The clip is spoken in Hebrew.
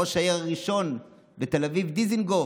ראש העיר הראשון בתל אביב, דיזנגוף,